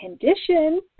condition